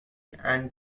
and